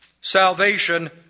salvation